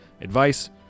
advice